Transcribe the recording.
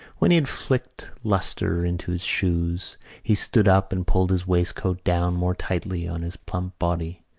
when he had flicked lustre into his shoes he stood up and pulled his waistcoat down more tightly on his plump body.